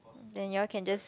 then you all can just